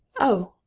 oh!